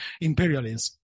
imperialism